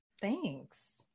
thanks